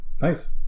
Nice